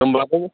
होनब्लाथ'